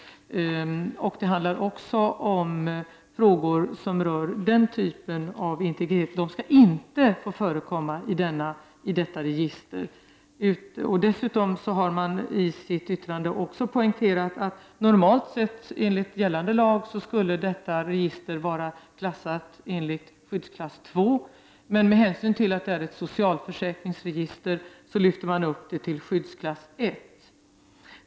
4 § da talagen tar också upp frågor som rör denna typ av integritet. Dessa uppgifter skall inte få förkomma i detta register. Dessutom poängteras i yttrandet att normalt sett, enligt gällande lag, skall detta register klassas enligt skyddsklass 2, men med hänsyn till att det rör sig om ett socialförsäkringsregister lyfts det upp till skyddsklass 1.